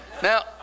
Now